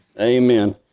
Amen